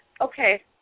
Okay